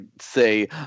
say